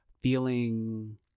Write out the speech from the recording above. feeling